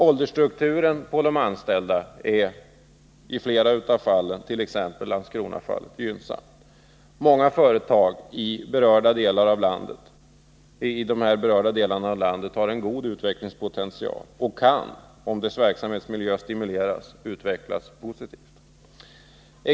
Åldersstrukturen på de anställda är i flera fall, t.ex. i Landskrona, gynnsam. Många företag i de här berörda delarna av landet har en god utvecklingspotential och kan om deras verksamhetsmiljö stimuleras utvecklas positivt.